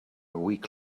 week